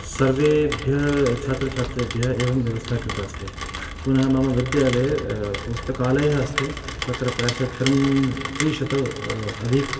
सर्वेभ्यः छात्र छात्रेभ्यः एवं व्यवस्था कृता अस्ति पुनः मम विद्यालये पुस्तकालयः अस्ति तत्र प्रायशः त्रं त्रिशताधिक